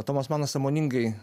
tomas manas sąmoningai